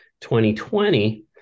2020